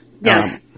Yes